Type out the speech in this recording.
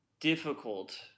difficult